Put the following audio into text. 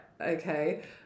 okay